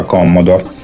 Commodore